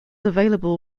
available